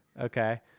Okay